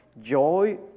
joy